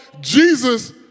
Jesus